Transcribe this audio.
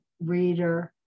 reader